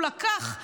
הוא לקח,